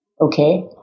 Okay